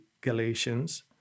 Galatians